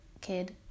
kid